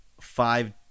five